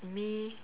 me